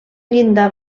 llindar